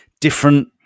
Different